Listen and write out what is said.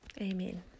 Amen